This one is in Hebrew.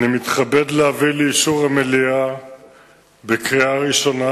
אני מתכבד להביא לאישור המליאה בקריאה ראשונה